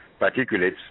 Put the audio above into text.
particulates